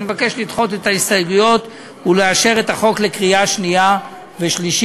אני מבקש לדחות את ההסתייגויות ולאשר את החוק בקריאה שנייה ושלישית.